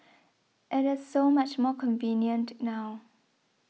it is so much more convenient now